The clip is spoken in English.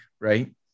right